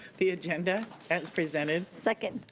the agenda as presented. second.